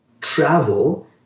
travel